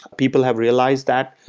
people have realized that.